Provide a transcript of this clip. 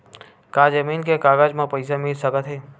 का जमीन के कागज म पईसा मिल सकत हे?